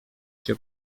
cię